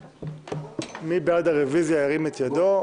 מי שבעד הרוויזיה, ירים את ידו.